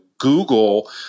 Google